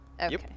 Okay